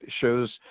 shows